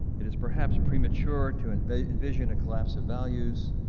it is perhaps premature to and envision a collapse of values,